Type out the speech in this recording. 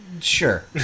Sure